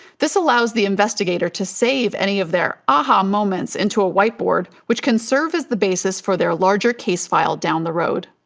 this allows the investigator to save any of their aha moments into a white board, which can serve as the basis for their larger case file down the road.